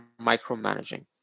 micromanaging